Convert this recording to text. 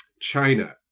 China